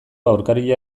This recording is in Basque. aurkaria